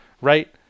right